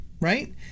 right